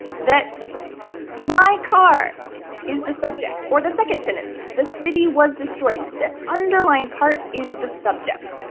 that my car is the subject. or the second sentence, the city was destroyed. the underlined part is the subject,